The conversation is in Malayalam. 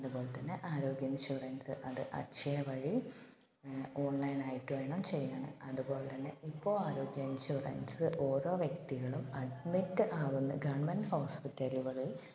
അത് പോലെ തന്നെ ആരോഗ്യ ഇൻഷുറൻസ് അത് അക്ഷയ വഴി ഓൺലൈനായിട്ട് വേണം ചെയ്യാൻ അതുപോലെ തന്നെ ഇപ്പോൾ ആരോഗ്യ ഇൻഷുറൻസ് ഓരോ വ്യക്തികളും അഡ്മിറ്റ് ആവുന്ന ഗവണ്മെൻ്റ് ഹോസ്പിറ്റലുകളിൽ